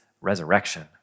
resurrection